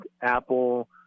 Apple